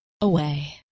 away